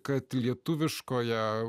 kad lietuviškoje